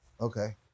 Okay